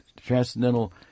transcendental